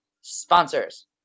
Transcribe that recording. sponsors